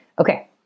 Okay